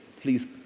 please